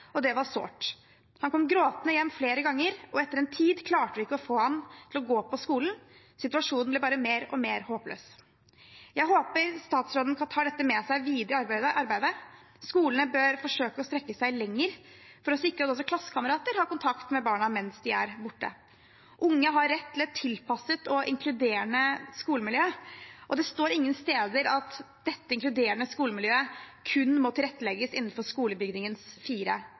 og det var sårt. Han kom gråtende hjem flere ganger, og etter en tid klarte vi ikke å få ham til å gå på skolen. Situasjonen ble bare mer og mer håpløs.» Jeg håper statsråden tar dette med seg videre i arbeidet. Skolene bør forsøke å strekke seg lenger for å sikre at også klassekamerater har kontakt med barna mens de er borte. Unge har rett til et tilpasset og inkluderende skolemiljø. Det står ingen steder at dette inkluderende skolemiljøet kun må tilrettelegges innenfor skolebygningens fire